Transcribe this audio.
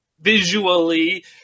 visually